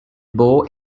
bow